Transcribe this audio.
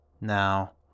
Now